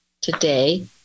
today